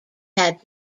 had